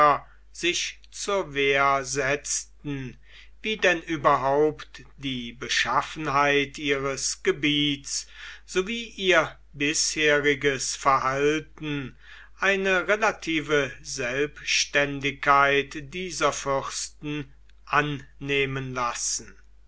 sich zur wehr setzten wie denn überhaupt die beschaffenheit ihres gebiets sowie ihr bisheriges verhalten eine relative selbständigkeit dieser fürsten annehmen lassen